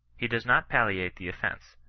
he does not palliate the offence,